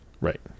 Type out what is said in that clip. Right